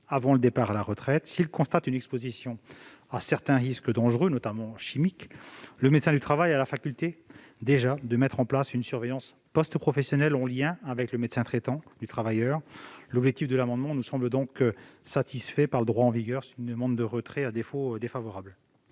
avant le départ à la retraite. S'il constate une exposition à certains risques dangereux, notamment chimiques, le médecin du travail a la faculté de mettre en place une surveillance post-professionnelle en lien avec le médecin traitant du travailleur. Cet amendement étant satisfait par le droit en vigueur, la commission en demande le retrait ; à défaut, elle